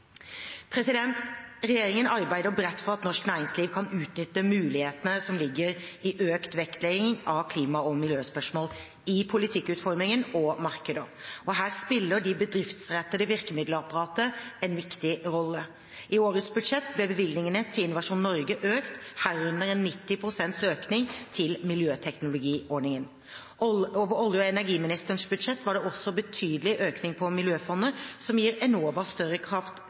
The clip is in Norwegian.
Regjeringen arbeider bredt for at norsk næringsliv kan utnytte mulighetene som ligger i økt vektlegging av klima- og miljømål i politikkutformingen og i markeder. Her spiller det bedriftsrettede virkemiddelapparatet en viktig rolle. I årets budsjett ble bevilgningene til Innovasjon Norge økt, herunder 90 pst. økning i miljøteknologiordningen. Over olje- og energiministerens budsjett var det også en betydelig økning på Miljøfondet, som gir Enova større kraft